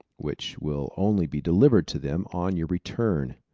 which will only be delivered to them on your return.